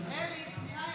אלי, הוא יצא שנייה.